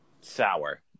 sour